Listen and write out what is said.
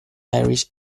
irish